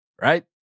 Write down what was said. right